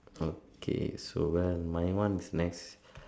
okay so well my one is next